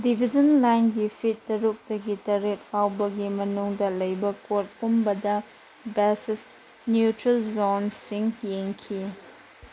division ꯂꯥꯏꯟꯒꯤ feet ꯇꯔꯨꯛꯇꯒꯤ ꯇꯔꯦꯠ ꯐꯥꯎꯕꯒꯤ ꯃꯅꯨꯡꯗ ꯂꯩꯕ ꯀꯣꯔꯠ ꯄꯨꯝꯕꯗ ꯕꯦꯁꯦꯁ ꯅ꯭ꯌꯨꯇ꯭ꯔꯦꯜ ꯖꯣꯟꯁꯤꯡ ꯌꯦꯡꯈꯤ